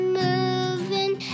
moving